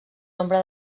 nombre